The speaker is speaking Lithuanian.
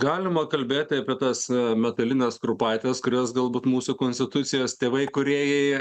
galima kalbėti apie tas metalines kurpaites kurias galbūt mūsų konstitucijos tėvai kūrėjai